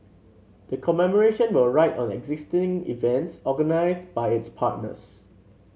the commemoration will ride on existing events organised by its partners